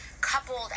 coupled